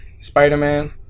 Spider-Man